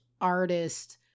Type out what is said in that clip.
artist